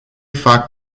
fac